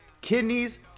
kidneys